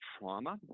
trauma